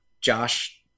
Josh